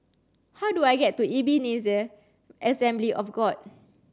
how do I get to Ebenezer Assembly of God